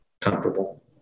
comfortable